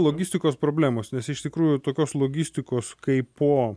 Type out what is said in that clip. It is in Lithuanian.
logistikos problemos nes iš tikrųjų tokios logistikos kaip po